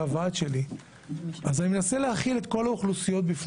הוועד שלי אני מנסה להכיל את כל האוכלוסיות.